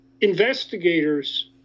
investigators